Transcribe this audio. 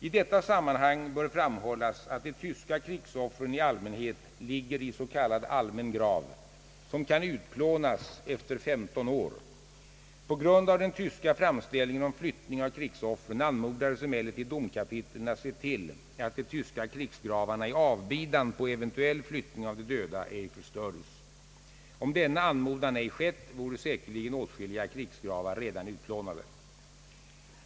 I detta sammanhang bör framhållas, att de tyska krigsoffren i allmänhet ligger i s.k. allmän grav, som kan utplånas efter 15 år. På grund av den tyska framställningen om flyttning av krigsoffren anmodades emellertid domkapitlen att se till att de tyska krigsgravarna i avbidan på ev. flyttning av de döda ej förstördes. Om denna anmodan ej skett, vore säkerligen åtskilliga krigsgravar redan utplånade.